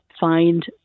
find